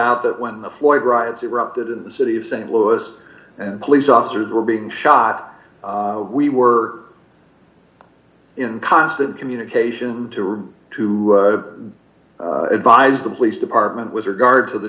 out that when the floyd rides erupted in the city d of st louis and police officers were being shot we were in constant communication to or to advise the police department with regard to the